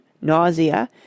nausea